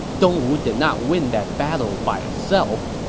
dongwu did not win that battle by itself.